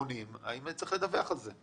האם צריך לדווח על זה?